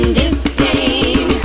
disdain